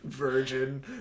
virgin